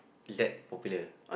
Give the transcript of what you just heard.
is that popular